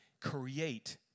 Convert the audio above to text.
create